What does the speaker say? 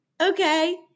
Okay